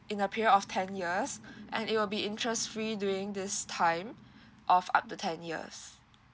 in the period of ten years and it will be interest free during this time of up the ten years